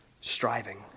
striving